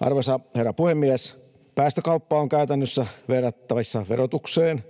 Arvoisa herra puhemies! Päästökauppa on käytännössä verrattavissa verotukseen,